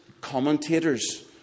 commentators